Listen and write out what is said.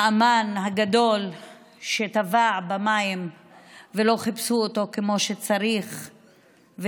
האומן הגדול שטבע במים ולא חיפשו אותו כמו שצריך,